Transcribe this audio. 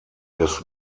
des